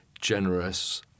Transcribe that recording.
generous